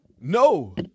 No